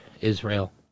Israel